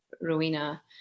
Rowena